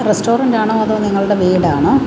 റസ്റ്റോറൻറ്റാണോ അതോ നിങ്ങളുടെ വീടാണോ